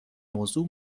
موضوع